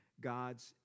God's